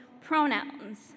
pronouns